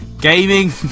gaming